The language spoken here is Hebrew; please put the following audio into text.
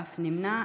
ואף נמנע.